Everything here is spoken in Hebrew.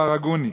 והרגוני.